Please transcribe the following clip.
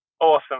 awesome